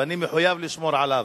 ואני מחויב לשמור עליו.